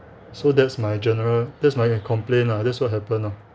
so that's my general that's my uh complain lah that's what happened loh